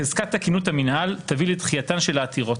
חזקת תקינות המינהל תביא לדחייתן של עתירתם.